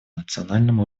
национальном